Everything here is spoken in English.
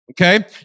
Okay